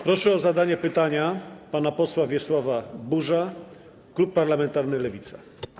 Proszę o zadanie pytania pana posła Wiesława Buża, klub parlamentarny Lewica.